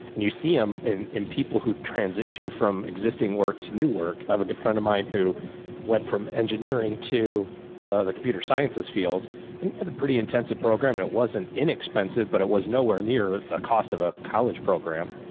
and you see them in in people who transitioned from existing work to new work i have a good friend of mine who went from engineering to the computer sciences field and and a pretty intensive program. and it wasn't inexpensive, but it was nowhere near the cost of a college program.